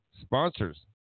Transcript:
sponsors